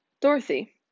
Dorothy